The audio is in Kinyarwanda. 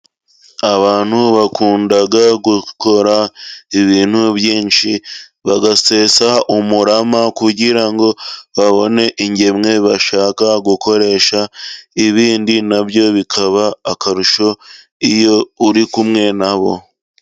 Abantu bakunda gukora ibintu byinshi, bagasesa umurama kugira ngo babone ingemwe bashaka gukoresha. Ibindi na byo bikaba akarusho iyo uri kumwe na bo.